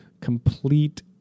complete